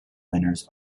winners